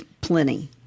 plenty